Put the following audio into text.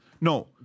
No